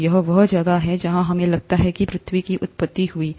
तो यह वह जगह है जहां हमें लगता है कि पृथ्वी की उत्पत्ति हुई